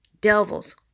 devils